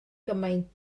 gymaint